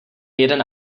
jeden